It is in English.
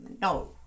no